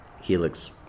helix